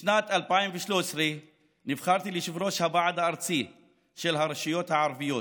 בשנת 2013 נבחרתי ליושב-ראש הוועד הארצי של הרשויות הערביות,